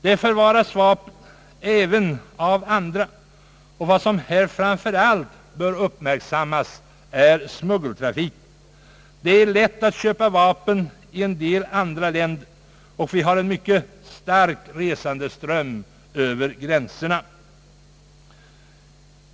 Det finns även andra vapenkällor, och vad som härvidlag framför allt bör uppmärksammas är smuggeltrafiken. Det är lätt att köpa vapen i en del andra länder, och vi har en mycket stark resandeström över gränserna.